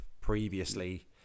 previously